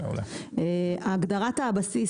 הגדרת הבסיס